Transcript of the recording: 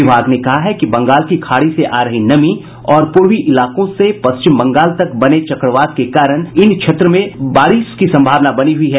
विभाग ने कहा है कि बंगाल की खाड़ी से आ रही नमी और पूर्वी इलाकों से पश्चिम बंगाल तक बने चक्रवात के कारण इन इलाकों में बारिश की संभावना बनी हुई है